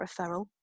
referral